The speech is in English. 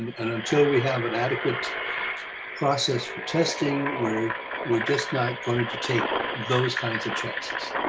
and until we have an adequate process for testing, we're we're just not going to take those kinds of chances?